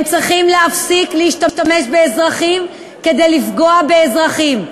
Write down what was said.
הם צריכים להפסיק להשתמש באזרחים כדי לפגוע באזרחים.